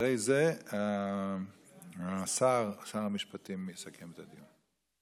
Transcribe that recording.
ואחרי זה השר, שר המשפטים, יסכם את הדיון.